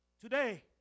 Today